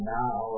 now